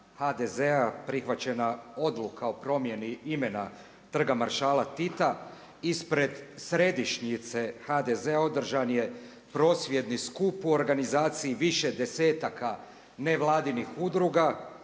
HDZ-a prihvaćena odluka o promjeni imena Trga maršala Tita. Ispred središnjice HDZ-a održan je prosvjedni skup u organizaciji više desetaka nevladinih udruga